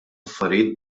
affarijiet